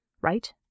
Right